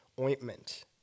ointment